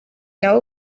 nawe